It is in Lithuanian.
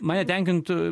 mane tenkintų